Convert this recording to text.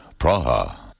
Praha